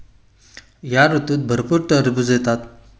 या ऋतूत भरपूर टरबूज येतात